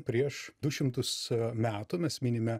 prieš du šimtus metų mes minime